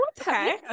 okay